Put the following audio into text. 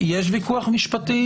יש ויכוח משפטי,